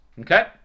Okay